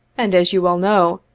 and as you well know,